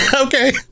Okay